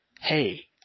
hey